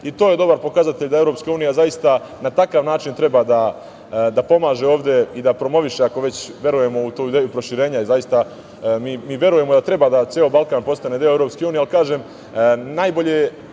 To je dobar pokazatelj da EU zaista na takav način treba da pomaže ovde i da promoviše, ako već verujemo u tu ideju proširenja. Mi zaista verujemo da ceo Balkan treba da postane deo EU, ali kažem najbolji